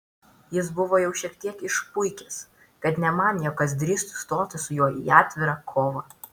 jis buvo jau tiek išpuikęs kad nemanė jog kas drįstų stoti su juo į atvirą kovą